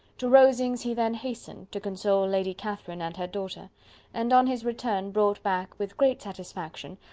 to rosings he then hastened, to console lady catherine and her daughter and on his return brought back, with great satisfaction,